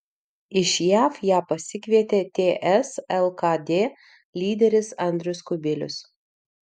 iš jav ją pasikvietė ts lkd lyderis andrius kubilius